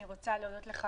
אני רוצה להודות לך,